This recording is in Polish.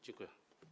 Dziękuję.